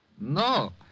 No